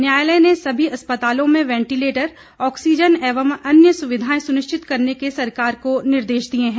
न्यायालय ने सभी अस्पतालों में वेंटिलेटर ऑक्सीजन एवं अन्य सुविधाएं सुनिश्चित करने के सरकार को निर्देश दिए हैं